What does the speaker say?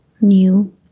new